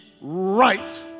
right